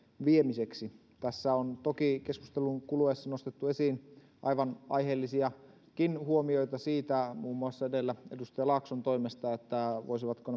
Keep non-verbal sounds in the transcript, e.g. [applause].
viemiseksi tässä on toki keskustelun kuluessa nostettu esiin aivan aiheellisiakin huomioita siitä muun muassa edellä edustaja laakson toimesta voisivatko [unintelligible]